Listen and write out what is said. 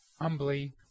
humbly